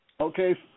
Okay